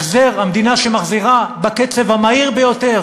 החזר, המדינה שמחזירה בקצב המהיר ביותר